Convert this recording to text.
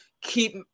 keep